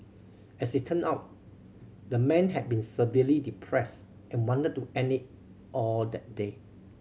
as it turn out the man had been severely depressed and wanted to end it all that day